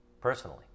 personally